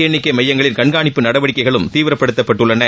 எண்ணிக்கை மையங்களில் கண்காணிப்பு நடவடிக்கைகளும் வாக்கு தீவிரப்படுத்தப்பட்டுள்ளன